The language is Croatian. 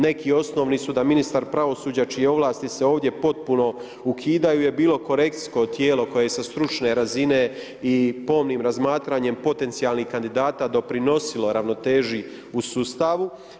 Neki osnovni su da ministar pravosuđa čije ovlasti se ovdje potpuno ukidaju je bilo korekcijsko tijelo koje sa stručne razine i pomnim razmatranjem potencijalnih kandidata doprinosilo ravnoteži u sustavu.